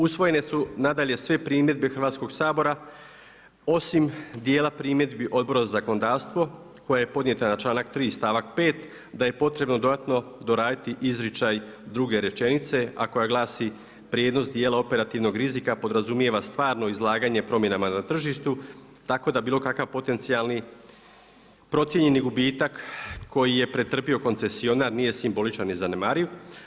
Usvojene su nadalje sve primjedbe Hrvatskoga sabora osim dijela primjedbi Odbora za zakonodavstvo koje je podnijeta na članak 3. stavak 5. da je potrebno dodatno doraditi izričaj druge rečenice a koja glasi: „Prijenos dijela operativnog rizika podrazumijeva stvarno izlaganje promjenama na tržištu.“ Tako da bilo kakav potencijalni procijenjeni gubitak koji je pretrpio koncesionar nije simboličan ni zanemariv.